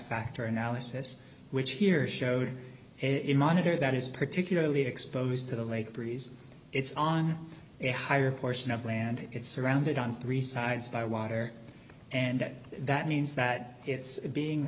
factor analysis which here showed it monitor that is particularly exposed to the lake breeze it's on a higher portion of land it's surrounded on three sides by water and that means that it's being